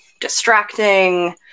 distracting